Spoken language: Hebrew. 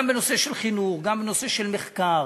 גם בנושא של חינוך, גם בנושא של מחקר,